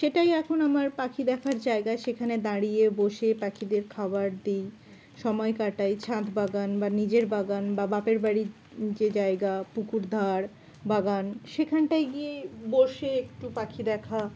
সেটাই এখন আমার পাখি দেখার জায়গা সেখানে দাঁড়িয়ে বসে পাখিদের খাবার দিই সময় কাটাই ছাদ বাগান বা নিজের বাগান বা বাপের বাড়ির যে জায়গা পুকুর ধার বাগান সেখানটায় গিয়ে বসে একটু পাখি দেখা